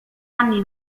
anni